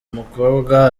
mukobwa